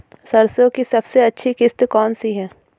सरसो की सबसे अच्छी किश्त कौन सी है?